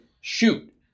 shoot